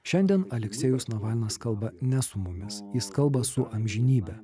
šiandien aleksejus navalnas kalba ne su mumis jis kalba su amžinybe